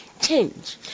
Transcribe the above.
change